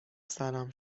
سرم